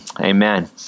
amen